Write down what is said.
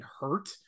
hurt